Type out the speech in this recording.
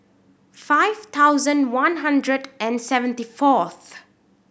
five thousand one hundred and seventy fourth